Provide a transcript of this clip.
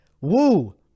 Woo